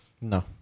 No